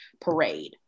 parade